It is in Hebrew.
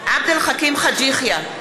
עבד אל חכים חאג' יחיא,